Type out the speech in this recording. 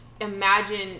imagine